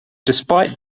despite